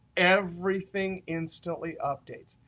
everything instantly updates.